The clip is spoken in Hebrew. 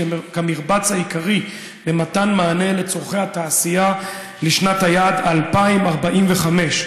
כמרבץ העיקרי למתן מענה לצורכי התעשייה לשנת היעד 2045,